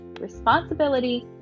responsibility